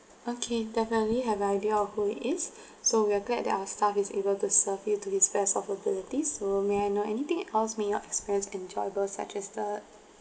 okay definitely have idea of who he is so we're glad that our staff is able to serve you to his best of abilities so may I know anything else make your experience enjoyable such as the